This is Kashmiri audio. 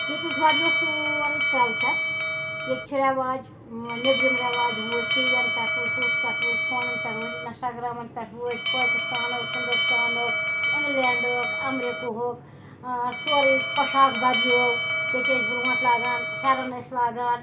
ییٚتہِ حظ بَدلیو سورُے کَلچَر ییٚتہِ چھِ رٮ۪واج نیٚبرِم رٮ۪واج وُچھ ٹی وی یَن پٮ۪ٹھ وُچھ ہُتھ پٮ۪ٹھ وُچھ فونَن پٮ۪ٹھ وُچھ اِنَسٹاگرٛامَن پٮ۪ٹھ وُچھ پٲکِستانُک ہِندُستانُک اِنٛگلینٛڈُک اَمریٖکہٕ ہُک سورُے پوشاک بَدلیو ییٚتہِ ٲسۍ برٛونٛٹھ لاگان پھٮ۪رَن ٲسۍ لاگان